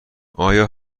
آیا